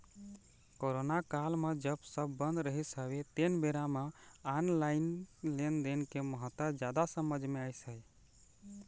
corona काल म जब सब बंद रहिस हवय तेन बेरा म ऑनलाइन लेनदेन के महत्ता जादा समझ मे अइस हे